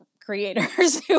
creators